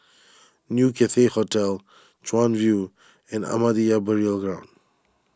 New Cathay Hotel Chuan View and Ahmadiyya Burial Ground